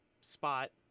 spot